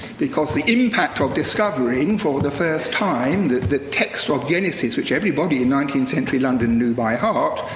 because the impact of discovering for the first time that the text of genesis, which everybody in nineteenth century london knew by heart,